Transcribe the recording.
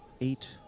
Eight